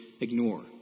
ignore